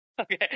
Okay